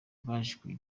baje